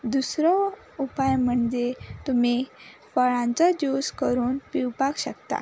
दुसरो उपाय म्हणजे तुमी फळांचो जूस करून पिवपाक शकता